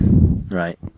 right